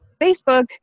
Facebook